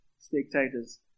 spectators